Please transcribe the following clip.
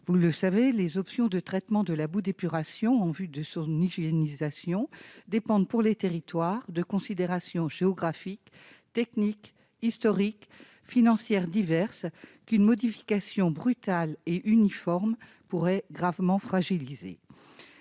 verts ». Les options de traitement de la boue d'épuration en vue de son hygiénisation dépendent pour les territoires de considérations géographiques, techniques, historiques et financières diverses qu'une modification brutale et uniforme pourrait gravement fragiliser.